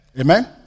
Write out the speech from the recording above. Amen